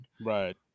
right